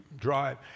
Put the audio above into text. drive